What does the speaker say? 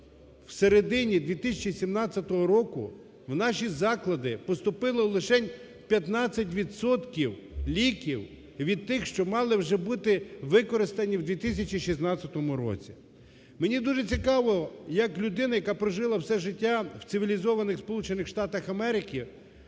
в середині 2017 року в наші заклади поступило лишень 15 відсотків ліків від тих, що мали вже бути використані в 2016 році. Мені дуже цікаво, як людина, яка прожила все життя в цивілізованих